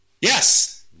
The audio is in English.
yes